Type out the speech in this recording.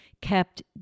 kept